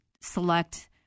select